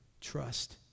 trust